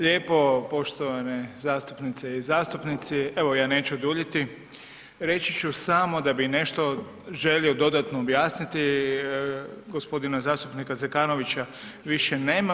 Lijepo poštovane zastupnice i zastupnici, evo ja neću duljiti, reći ću samo da bi nešto želio dodatno objasniti, gospodina zastupnika Zekanovića više nema.